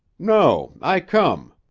no. i come.